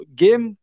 game